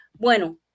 bueno